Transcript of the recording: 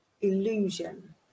illusion